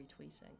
retweeting